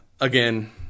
Again